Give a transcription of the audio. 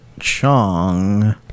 Chong